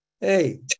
Hey